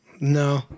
No